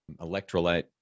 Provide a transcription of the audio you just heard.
electrolyte